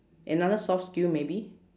another soft skill maybe